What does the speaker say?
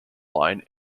line